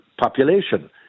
population